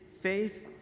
faith